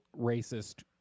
racist